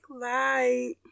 light